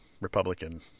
Republican